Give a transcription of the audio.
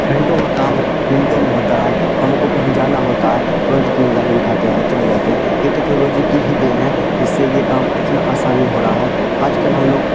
گھنٹوں کا کام منٹوں میں ہوتا ہے ہم کو کہیں جانا ہوتا ہے ترنت اپنی گاڑی اٹھاتے ہیں اور چلے جاتے ہیں یہ ٹیکنالوجی کی ہی دین ہے جس سے یہ کام اتنا آسانی ہو رہا ہے آج کل ہم لوگ